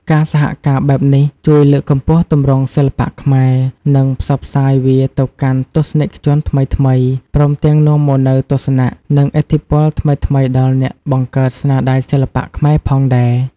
ការសហការបែបនេះជួយលើកកម្ពស់ទម្រង់សិល្បៈខ្មែរ និងផ្សព្វផ្សាយវាទៅកាន់ទស្សនិកជនថ្មីៗ ព្រមទាំងនាំមកនូវទស្សនៈ និងឥទ្ធិពលថ្មីៗដល់អ្នកបង្កើតស្នាដៃសិល្បៈខ្មែរផងដែរ។